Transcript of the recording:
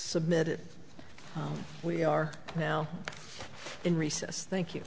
submitted we are now in recess thank you